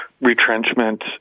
retrenchment